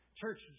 Church